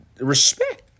Respect